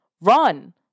run